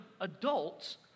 adults